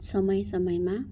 समय समयमा